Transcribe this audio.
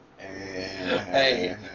Hey